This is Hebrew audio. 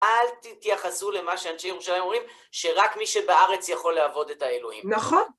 אל תתייחסו למה שאנשי ירושלים אומרים, שרק מי שבארץ יכול לעבוד את האלוהים. נכון.